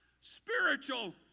spiritual